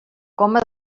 coma